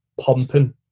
Pumping